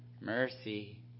Mercy